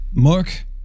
Mark